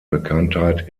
bekanntheit